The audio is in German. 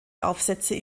aufsätze